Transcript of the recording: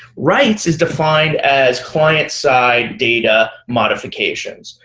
writes is defined as client-side data modifications,